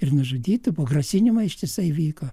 ir nužudytų buvo grasinimai ištisai vyko